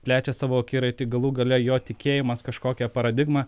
plečia savo akiratį galų gale jo tikėjimas kažkokia paradigma